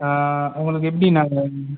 உங்களுக்கு எப்படி நாங்கள்